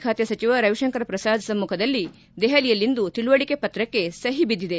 ಖಾತೆ ಸಚಿವ ರವಿಶಂಕರ್ ಪ್ರಸಾದ್ ಸಮ್ಮಖದಲ್ಲಿ ದೆಹಲಿಯಲ್ಲಿಂದು ತಿಳುವಳಿಕೆ ಪತ್ರಕ್ಕೆ ಸಹಿ ಬಿದ್ದಿದೆ